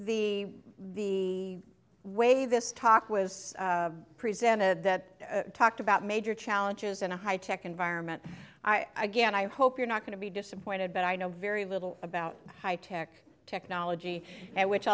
the the way this talk was presented that talked about major challenges in a high tech environment i again i hope you're not going to be disappointed but i know very little about high tech technology which